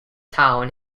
town